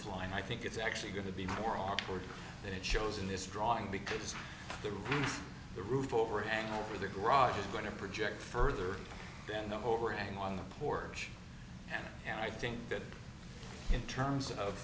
line i think it's actually going to be more awkward than it shows in this drawing because the roof the roof overhang or the garage is going to project further down the overhang on the porch and i think that in terms of